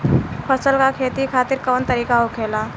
फसल का खेती खातिर कवन तरीका होखेला?